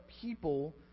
people